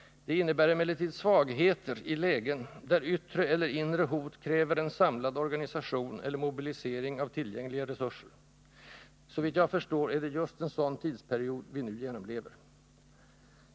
Det innebär emellertid svagheter i lägen där yttre eller inre hot kräver en samlad organisation eller mobilisering av tillgängliga resurser. Såvitt jag förstår är det just en sådan tidsperiod vi nu genomlever.